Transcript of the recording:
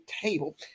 table